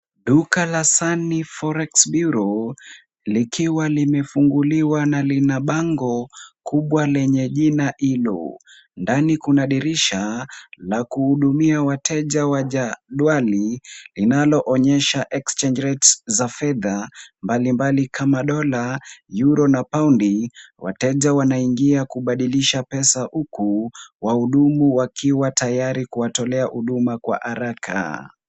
Duka la Sunny Forex Bureau likiwa limefunguliwa na lina bango kubwa lenye jina hilo. Ndani kuna dirisha la kuhudumia wateja wa jedwali linaloonyesha exchange rates za fedha mbalimbali kama Dola, Yuro na Paundi. Wateja wanaingia kubadilisha pesa huku wahudumu wakiwa tayari kuwatolea huduma kwa haraka.